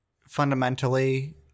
fundamentally